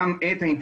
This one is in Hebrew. האם